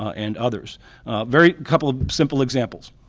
and others. a very couple simple examples.